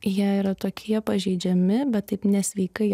jie yra tokie pažeidžiami bet taip nesveikai